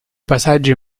paesaggi